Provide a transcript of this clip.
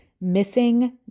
missing